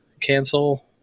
Cancel